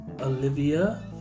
Olivia